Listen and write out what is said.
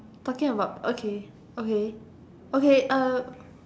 talking about okay okay okay uh